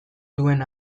duen